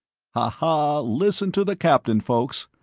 ha ha, listen to the captain, folks.